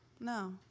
no